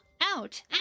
out